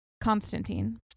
Constantine